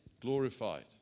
glorified